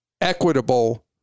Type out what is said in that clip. equitable